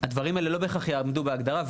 הדברים האלה לא בהכרח יעמדו בהגדרה.